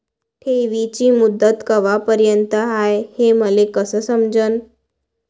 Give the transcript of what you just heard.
ठेवीची मुदत कवापर्यंत हाय हे मले कस समजन?